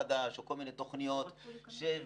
חדש" או כל מיני תוכניות אחרות בגלל שזה הרבה כסף,